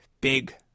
big